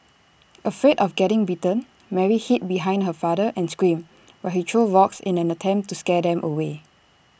afraid of getting bitten Mary hid behind her father and screamed while he threw rocks in an attempt to scare them away